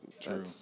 True